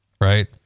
Right